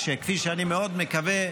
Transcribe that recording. כפי שאני מאוד מקווה,